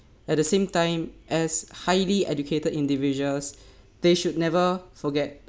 at the same time as highly educated individuals they should never forget